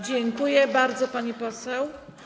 Dziękuję bardzo, pani poseł.